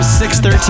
613